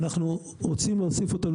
אנחנו רוצים להוסיף אותו,